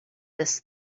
this